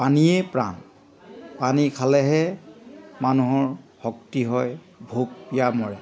পানীয়ে প্ৰাণ পানী খালেহে মানুহৰ শক্তি হয় ভোক পিয়াহ মৰে